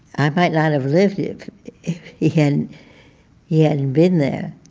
i might not have lived if he hadn't yeah hadn't been there